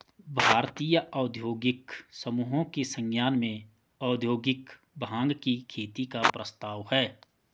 भारतीय औद्योगिक समूहों के संज्ञान में औद्योगिक भाँग की खेती का प्रस्ताव है